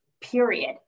Period